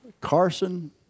Carson